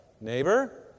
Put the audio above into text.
neighbor